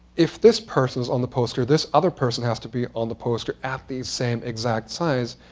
if this person's on the poster, this other person has to be on the poster at these same exact size,